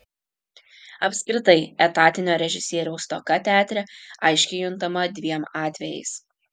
apskritai etatinio režisieriaus stoka teatre aiškiai juntama dviem atvejais